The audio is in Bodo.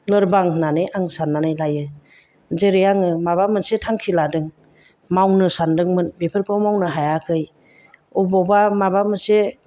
लोरबां होननानै आं साननानै लायो जेरै आङो माबा मोनसे थांखि लादों मावनो सानदोंमोन बेफोरखौ मावनो हायाखै अबावबा माबा मोनसे